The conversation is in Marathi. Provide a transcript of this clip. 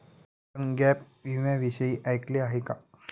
आपण गॅप विम्याविषयी ऐकले आहे का?